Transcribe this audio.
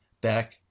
back